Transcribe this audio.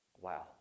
Wow